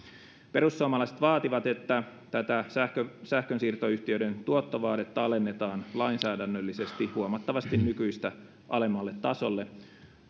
perussuomalaiset vaativat että tätä sähkönsiirtoyhtiöiden tuottovaadetta alennetaan lainsäädännöllisesti huomattavasti nykyistä alemmalle tasolle